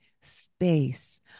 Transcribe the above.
space